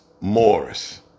Morris